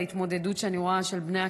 בהתמודדות שאני רואה של בני הקהילה,